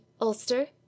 Ulster